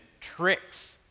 tricks